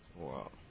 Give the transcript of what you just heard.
Wow